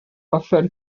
offer